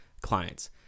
clients